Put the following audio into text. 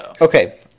Okay